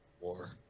War